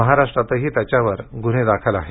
महाराष्ट्रातही त्याच्यावर गुन्हे दाखल आहेत